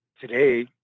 today